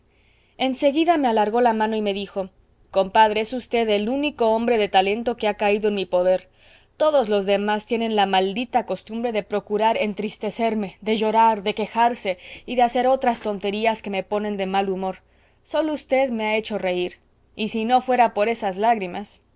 seguida me alargó la mano y me dijo compadre es v el único hombre de talento que ha caído en mi poder todos los demás tienen la maldita costumbre de procurar entristecerme de llorar de quejarse y de hacer otras tonterías que me ponen de mal humor sólo v me ha hecho reír y si no fuera por esas lágrimas